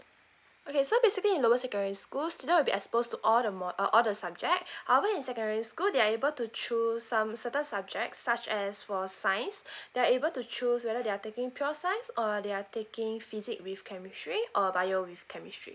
okay so basically in lower secondary schools students will be exposed to all the more uh all the subject however in secondary school they are able to choose some certain subject such as for science they're able to choose whether they're taking pure science or they are taking physic with chemistry or bio with chemistry